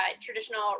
traditional